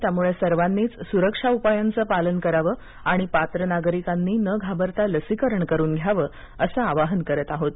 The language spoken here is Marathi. त्यामुळे सर्वांनीच सुरक्षा उपायांच पालन करावं आणि पात्र नागरिकांनी न घाबरता लसीकरण करून घ्यावं अस आवाहन करत आहोत